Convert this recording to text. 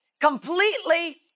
completely